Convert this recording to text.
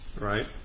right